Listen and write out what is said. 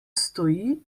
stoji